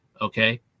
Okay